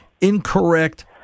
incorrect